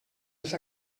les